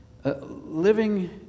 living